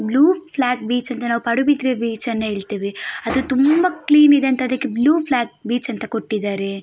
blue flag beach ನಾವು ಪಡುಬಿದ್ರೆ ಬೀಚನ್ನು ಹೇಳ್ತೇವೆ ಅದು ತುಂಬ ಕ್ಲೀನಿದೆ ಅಂತ ಅದಕ್ಕೆ ಬ್ಲೂ ಫ್ಲ್ಯಾಗ್ ಬೀಚ್ ಅಂತ ಕೊಟ್ಟಿದ್ದಾರೆ